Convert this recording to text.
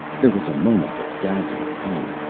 there was a moment of dazzling pain,